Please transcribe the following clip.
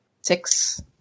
Six